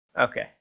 Okay